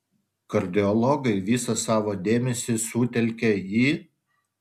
kardiologai visą savo dėmesį sutelkia į